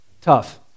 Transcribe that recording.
Tough